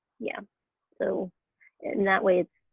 yeah so in that way it's